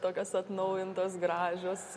tokios atnaujintos gražios